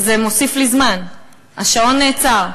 אז זה מוסיף לי זמן, השעון נעצר.